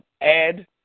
add